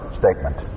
statement